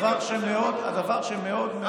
הדבר שמאוד מאוד,